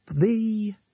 the—